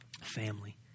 family